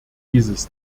dieses